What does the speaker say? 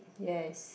yes